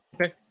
Okay